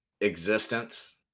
Existence